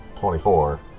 Twenty-four